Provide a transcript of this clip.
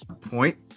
point